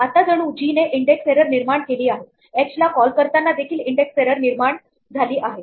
आता जणू जी ने इंडेक्स एरर निर्माण केली आहे एच ला कॉल करताना देखील इंडेक्स एरर निर्माण झाली आहे